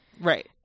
Right